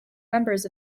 members